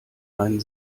einen